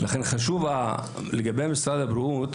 לכן לגבי משרד הבריאות,